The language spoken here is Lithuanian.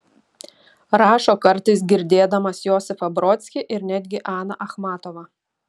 rašo kartais girdėdamas josifą brodskį ir netgi aną achmatovą